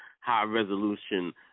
high-resolution